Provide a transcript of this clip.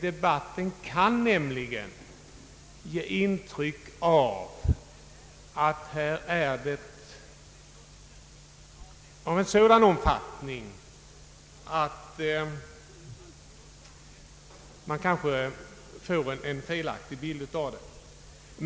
Debatten kan nämligen ge intryck av att problemen är av en mycket stor omfattning och ge en felaktig bild av förhållandena.